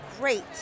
Great